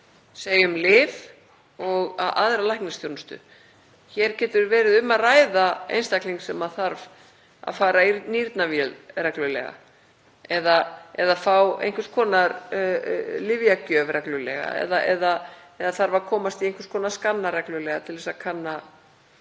segjum lyf og aðra læknisþjónustu. Hér getur verið um að ræða einstakling sem þarf að fara í nýrnavél reglulega eða fá einhvers konar lyfjagjöf reglulega eða þarf að komast í einhvers konar skanna reglulega til að kanna